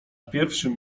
pierwszym